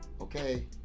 okay